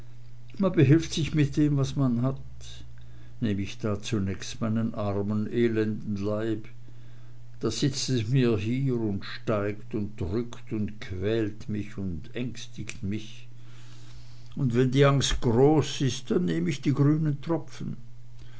man behilft sich mit dem was man hat nehm ich da zunächst meinen armen elenden leib da sitzt es mir hier und steigt und drückt und quält mich und ängstigt mich und wenn die angst groß ist dann nehm ich die grünen tropfen